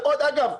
ואגב,